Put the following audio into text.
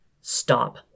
Stop